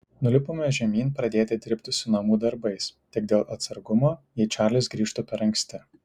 nulipome žemyn pradėti dirbti su namų darbais tik dėl atsargumo jei čarlis grįžtų per anksti